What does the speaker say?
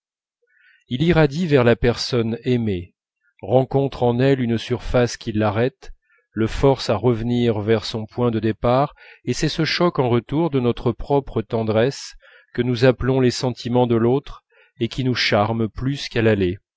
il irradie vers la personne aimée rencontre en elle une surface qui l'arrête le force à revenir vers son point de départ et c'est ce choc en retour de notre propre tendresse que nous appelons les sentiments de l'autre et qui nous charme plus qu'à l'aller